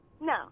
No